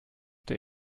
der